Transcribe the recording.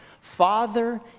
Father